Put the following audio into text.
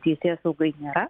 teisėsaugai nėra